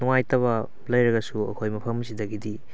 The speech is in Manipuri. ꯅꯨꯡꯉꯥꯏꯇꯕ ꯂꯩꯔꯒꯁꯨ ꯑꯩꯈꯣꯏ ꯃꯐꯝ ꯁꯤꯗꯒꯤꯗꯤ